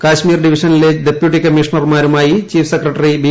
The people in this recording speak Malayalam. കശ്മീർ ഡിവിഷനിലെ ഡെപ്യൂട്ടി കമ്മീഷണർമാരുമായി ചീഫ് സെക്രട്ടറി ബി